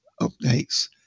updates